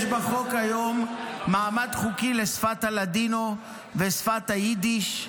יש בחוק היום מעמד חוקי לשפת הלדינו ושפת היידיש,